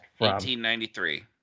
1893